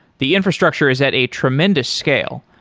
the infrastructure is at a tremendous scale.